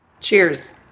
Cheers